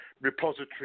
repository